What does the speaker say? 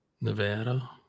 Nevada